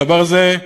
הדבר הזה,